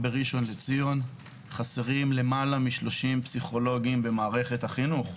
בראשון לציון חסרים היום למעלה מ-30 פסיכולוגים במערכת החינוך.